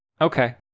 Okay